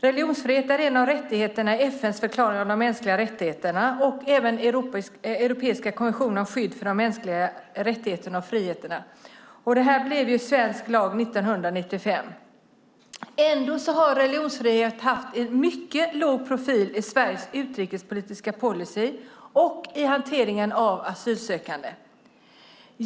Religionsfrihet är en av rättigheterna i FN:s förklaring om de mänskliga rättigheterna och även i den europeiska konventionen om skydd för de mänskliga rättigheterna och friheterna. Det blev svensk lag 1995. Ändå har religionsfrihet haft en mycket låg profil i Sveriges utrikespolitiska policy och i hanteringen av asylsökande.